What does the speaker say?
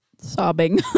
Sobbing